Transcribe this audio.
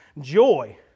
Joy